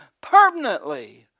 permanently